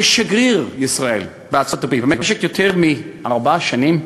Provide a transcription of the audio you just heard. כשגריר ישראל בארצות-הברית במשך יותר מארבע שנים,